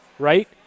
right